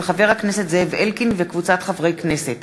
מאת חבר הכנסת זאב אלקין וקבוצת חברי הכנסת,